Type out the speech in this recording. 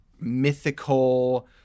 mythical